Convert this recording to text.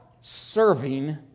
serving